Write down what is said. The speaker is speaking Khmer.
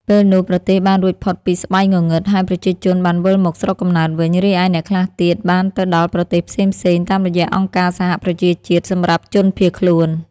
ពេលនោះប្រទេសបានរួចផុតពីស្បៃងងឹត ហើយប្រជាជនបានវិលមកស្រុកកំណើតវិញ រីឯអ្នកខ្លះទៀតបានទៅដល់ប្រទេសផ្សេងៗ តាមរយះអង្គការសហប្រជាជាតិសម្រាប់ជនភៀសខ្លួន។